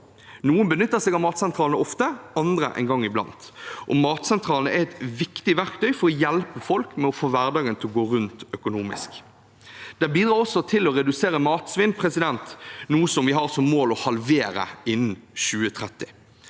Noen benytter seg av matsentralene ofte, andre en gang iblant. Matsentralene er et viktig verktøy for å hjelpe folk med å få hverdagen til å gå rundt økonomisk. Det bidrar også til å redusere matsvinn, som vi har som mål å halvere innen 2030.